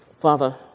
Father